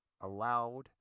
allowed